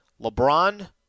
LeBron